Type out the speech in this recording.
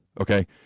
okay